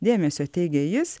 dėmesio teigė jis